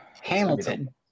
Hamilton